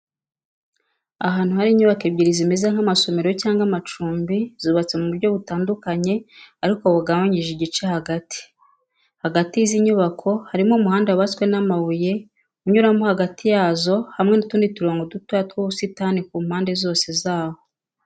Ahantu hari inyubako ebyiri zimeze nk’amasomero cyangwa amacumbi zubatse mu buryo butandukanye ariko bugabanyije igice hagati. Hagati y’izi nyubako harimo umuhanda wubatswe n’amabuye, unyuramo hagati yazo hamwe n’utundi turongo dutoya tw’ubusitani ku mpande zose zaho.